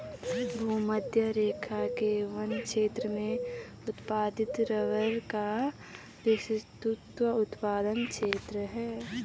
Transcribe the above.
भूमध्यरेखा के वन क्षेत्र में उत्पादित रबर का विस्तृत उत्पादन क्षेत्र है